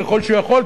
ככל שהוא יכול,